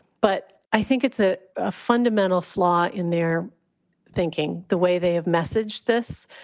but i think it's a ah fundamental flaw in their thinking the way they have messaged this,